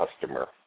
customer